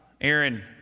Aaron